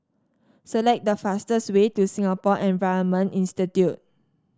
select the fastest way to Singapore Environment Institute